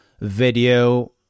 video